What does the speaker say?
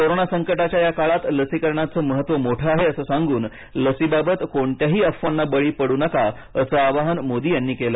corona संकटाच्या या काळात लसीकरणाचं महत्त्व मोठं आहे असं सांगून लसीबाबत कोणत्याही अफवांना बळी पडू नका असं आवाहन मोदी यांनी केली